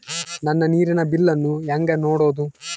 ನನ್ನ ನೇರಿನ ಬಿಲ್ಲನ್ನು ಹೆಂಗ ನೋಡದು?